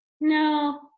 No